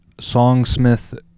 songsmith